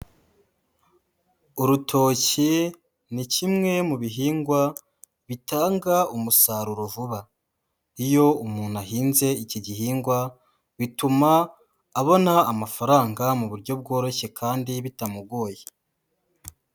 Urutoki, ni kimwe mu bihingwa bitanga umusaruro vuba. Iyo umuntu ahinze iki gihingwa, bituma abona amafaranga mu buryo bworoshye kandi bitamugoye.